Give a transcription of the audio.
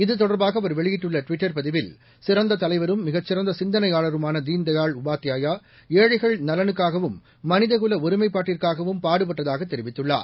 இத்தொடர்பாக அவர் வெளியிட்டுள்ள ட்விட்டர் பதிவில் சிறந்த தலைவரும் மிகச் சிறந்த சிந்தனையாளருமான தீன் தயாள் உபாத்யாயா ஏழைகள் நலனுக்காகவும் மனிதகுல ஒருமைப்பாட்டுக்காகவும் பாடுபட்டதாக தெரிவித்துள்ளார்